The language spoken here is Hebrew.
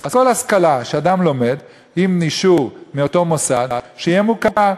אז כל השכלה של אדם שלומד עם אישור מאותו מוסד שיהיה מוכר.